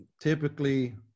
typically